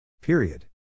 Period